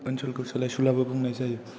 ओनसोलखौ सोलायसुलाबो बुंनाय जायो